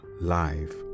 life